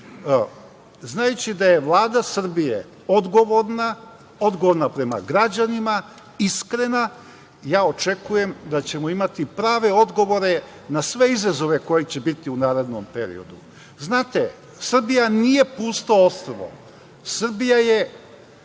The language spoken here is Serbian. Znajući da je Vlada Srbije odgovorna, odgovorna prema građanima, iskrena, ja očekujem da ćemo imati prave odgovore na sve izazove koji će biti u narednom periodu. Znate, Srbija nije pusto ostrvo, Srbija je